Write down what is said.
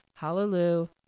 hallelujah